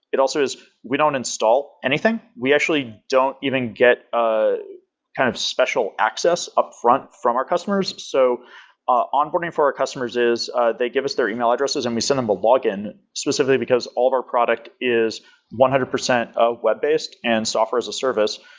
it also is we don't install anything. we actually don't even get ah kind of special access upfront from our customers. so onboarding for our customers is they give us their e-mail addresses and we send them a login specifically, because all of our product is one hundred percent web-based and software is a service.